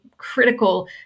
critical